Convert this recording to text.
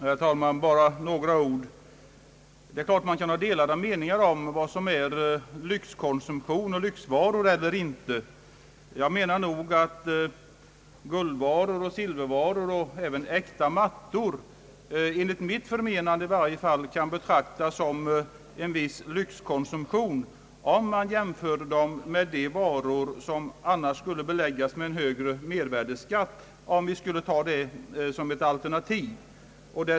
Herr talman! Jag vill bara säga några ord. Givetvis kan olika meningar föreligga om vad som är lyxkonsumtion och lyxvaror och vad som inte är det. Guldvaror, silvervaror och även äkta mattor kan enligt mitt förmenande i viss mån betraktas som lyxvaror. I varje fall kan de anses som sådana om man jämför dem med många av de varor som skulle beläggas med en högre mervärdeskatt, om vi skulle ta det som ett alternativ.